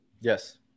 yes